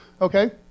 okay